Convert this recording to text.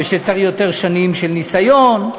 ושצריך יותר שנים של ניסיון,